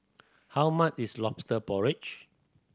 how much is Lobster Porridge